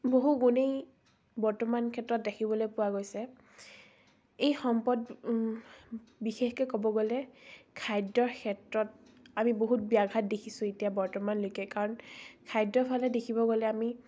বহুগুণেই বৰ্তমান ক্ষেত্ৰত দেখিবলৈ পোৱা গৈছে এই সম্পদ বিশেষকৈ ক'ব গ'লে খাদ্যৰ ক্ষেত্ৰত আমি বহুত ব্যাঘাত দেখিছোঁ এতিয়া বৰ্তমানলৈকে কাৰণ খাদ্য ফালে দেখিব গ'লে আমি